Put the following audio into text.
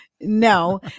no